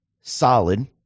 solid